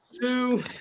two